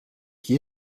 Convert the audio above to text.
qui